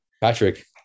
Patrick